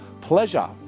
pleasure